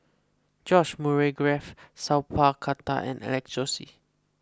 George Murray Reith Sat Pal Khattar and Alex Josey